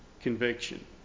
conviction